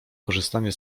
korzystanie